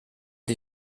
die